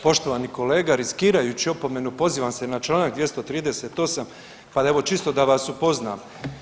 Poštovani kolega, riskirajući opomenu pozivam se na čl. 238., pa da evo čisto da vas upoznam.